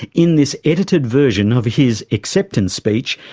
in this edited version of his acceptance speech,